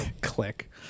Click